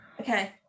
Okay